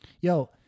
Yo